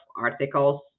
articles